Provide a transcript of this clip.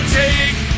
take